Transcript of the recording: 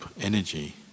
energy